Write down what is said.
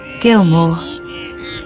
Gilmore